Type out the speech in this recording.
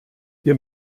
wir